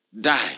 die